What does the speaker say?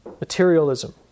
materialism